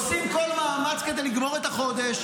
עושים כל מאמץ כדי לגמור את החודש,